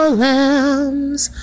lambs